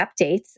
updates